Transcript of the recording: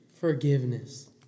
Forgiveness